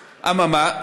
אממה?